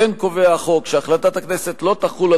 כמו כן קובע החוק שהחלטת הכנסת לא תחול על